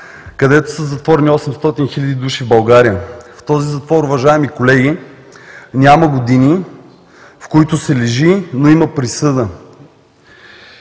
където са затворени 800 хиляди души в България. В този затвор, уважаеми колеги, няма години, в които се лежи, но има присъда.